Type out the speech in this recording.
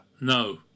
No